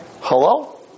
Hello